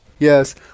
Yes